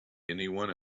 anyone